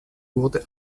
wurde